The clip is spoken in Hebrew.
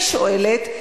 אני שואלת,